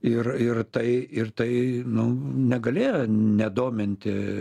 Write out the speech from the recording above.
ir ir tai ir tai nu negalėjo nedominti